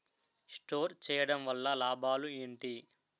Store చేయడం వల్ల లాభాలు ఏంటి?